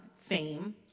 fame